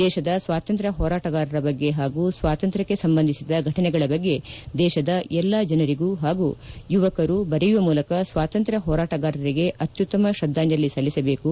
ದೇಶದ ಸ್ವಾತಂತ್ರ್ಯ ಹೋರಾಟಗಾರರ ಬಗ್ಗೆ ಹಾಗೂ ಸ್ವಾತಂತ್ರಕ್ಕೆ ಸಂಬಂಧಿಸಿದ ಘಟನೆಗಳ ಬಗ್ಗೆ ದೇಶದ ಎಲ್ಲ ಜನರಿಗೂ ಹಾಗೂ ಯುವಕರು ಬರೆಯುವ ಮೂಲಕ ಸ್ವಾತಂತ್ರ್ವ ಹೋರಾಟಗಾರರಿಗೆ ಅತ್ಯುತ್ತಮ ಶ್ರದ್ದಾಂಜಲಿ ಸಲ್ಲಿಸಬೇಕು